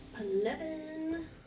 Eleven